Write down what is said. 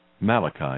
Malachi